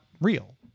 real